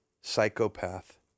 psychopath